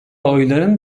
oyların